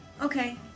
Okay